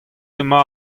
emañ